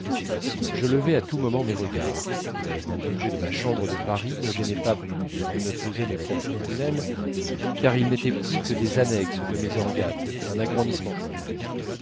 je levais à tout moment mes regards que les objets de ma chambre de paris ne gênaient pas plus que ne faisaient mes propres prunelles car ils n'étaient plus que des annexes de mes organes un agrandissement de moi-même